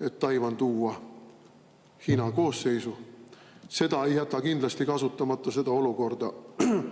et Taiwan tuua Hiina koosseisu. Seda olukorda ei jäta kindlasti kasutamata Põhja-Korea